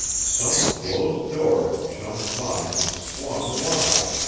some closed door in chum's mind had swung wide,